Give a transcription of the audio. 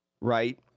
right